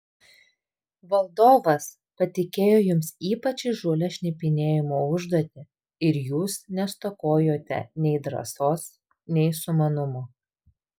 valdovas patikėjo jums ypač įžūlią šnipinėjimo užduotį ir jūs nestokojote nei drąsos nei sumanumo